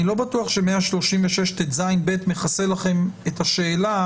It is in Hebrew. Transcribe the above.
אני לא בטוח ש-136טז(ב) מכסה לכם את השאלה